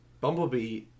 Bumblebee